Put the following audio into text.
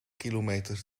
kilometer